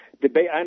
debate